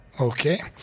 okay